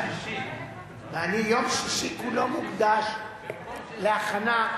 יום שישי כולו מוקדש להכנה,